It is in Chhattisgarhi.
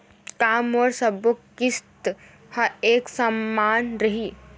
का मोर सबो किस्त ह एक समान रहि?